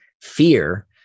fear